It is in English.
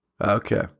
Okay